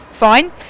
fine